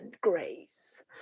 Grace